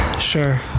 sure